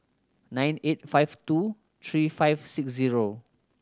nine eight five two three five six zero